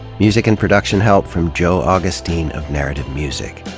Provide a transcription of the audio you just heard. music and production help from joe augustine of narrative music.